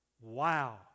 Wow